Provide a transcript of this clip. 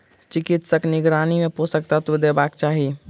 चिकित्सकक निगरानी मे पोषक तत्व देबाक चाही